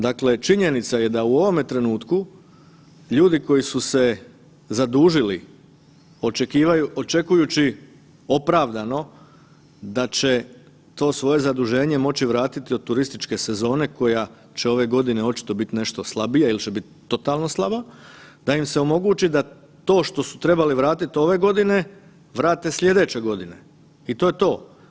Dakle, činjenica je da u ovome trenutku ljudi koji su se zadužili očekivaju očekujući opravdano da će to svoje zaduženje moći vratiti od turističke sezone koja će ove godine očito biti nešto slabije ili će biti totalno slaba, da im se omogući da to što su trebali vratiti ove godine vrate sljedeće godine i to je to.